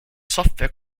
software